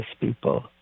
people